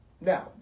Now